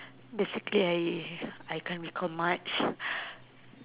basically I I can't recall much